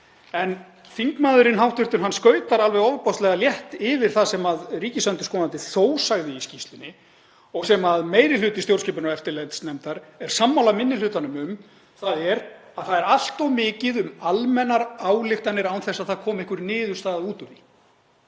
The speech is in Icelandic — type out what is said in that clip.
Hv. þingmaður skautar alveg ofboðslega létt yfir það sem ríkisendurskoðandi þó sagði í skýrslunni og sem meiri hluti stjórnskipunar- og eftirlitsnefndar er sammála minni hlutanum um, þ.e. að það er allt of mikið um almennar ályktanir án þess að það komi einhver niðurstaða út úr því.